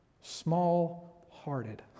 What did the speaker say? small-hearted